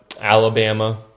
Alabama